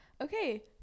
Okay